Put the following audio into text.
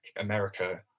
America